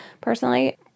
Personally